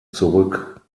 zurück